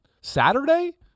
Saturday